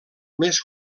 més